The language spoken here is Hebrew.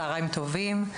צהרים טובים.